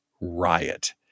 riot